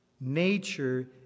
nature